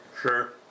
Sure